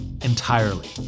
Entirely